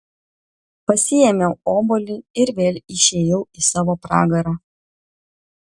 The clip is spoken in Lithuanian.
pasiėmiau obuolį ir vėl išėjau į savo pragarą